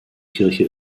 kirche